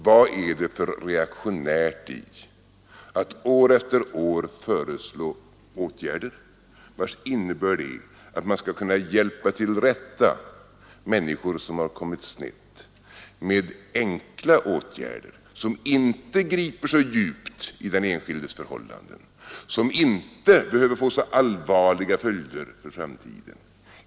Vad är det för reaktionärt i att år efter år föreslå åtgärder, vilkas innebörd är att man skall kunna hjälpa till rätta människor som har kommit snett med enkla åtgärder, som inte griper så djupt in i den enskildes förhållanden, som inte behöver få så allvarliga följder för framtiden.